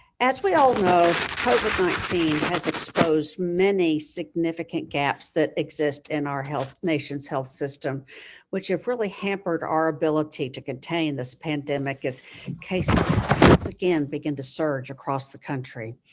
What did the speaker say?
as we all know, covid nineteen has exposed many significant gaps that exist in our nation's health system which have really hampered our ability to contain this pandemic as cases once again begin to surge across the country.